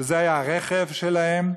שזה היה הרכב שלהם,